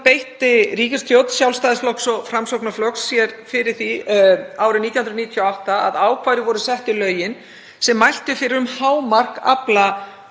þáverandi ríkisstjórn Sjálfstæðisflokks og Framsóknarflokks sér fyrir því árið 1998 að ákvæði voru sett í lögin sem mæltu fyrir um hámark